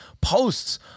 posts